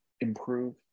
improve